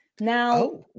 Now